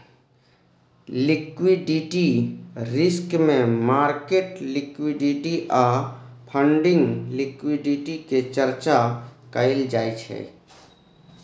liquidity risk मे market liquidity आ funding liquidity के चर्चा कएल जाइ छै